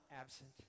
absent